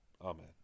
Amen